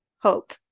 hope